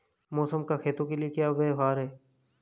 मौसम का खेतों के लिये क्या व्यवहार है?